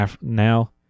now